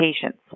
patients